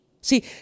See